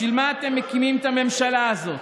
בשביל מה אתם מקימים את הממשלה הזאת?